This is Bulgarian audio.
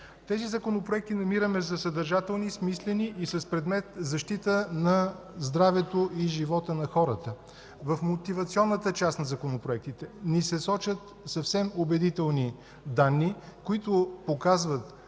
Тези законопроекти намираме за съдържателни, смислени и с предмет защита на здравето и живота на хората. В мотивационната част на законопроектите ни се сочат съвсем убедителни данни, които показват,